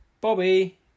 bobby